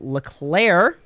Leclaire